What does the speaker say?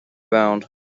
round